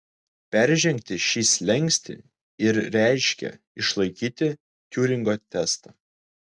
peržengti šį slenkstį ir reiškė išlaikyti tiuringo testą